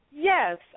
Yes